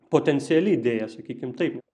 potenciali idėja sakykim taip